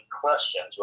questions